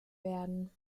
werden